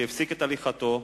שהפסיק את הליכתו,